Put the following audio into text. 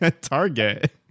target